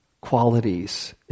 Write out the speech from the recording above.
qualities